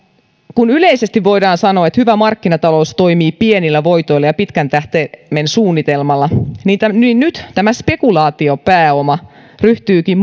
kun yleisesti voidaan sanoa että hyvä markkinatalous toimii pienillä voitoilla ja pitkän tähtäimen suunnitelmalla niin nyt tämä spekulaatiopääoma ryhtyykin